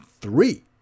three